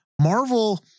Marvel